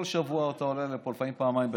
כל שבוע אתה עולה לפה, לפעמים פעמיים בשבוע,